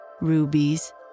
rubies